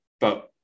but-